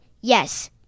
Yes